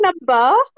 number